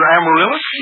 Amaryllis